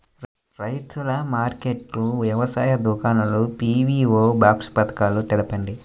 రైతుల మార్కెట్లు, వ్యవసాయ దుకాణాలు, పీ.వీ.ఓ బాక్స్ పథకాలు తెలుపండి?